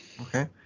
Okay